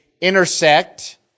intersect